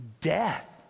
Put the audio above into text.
Death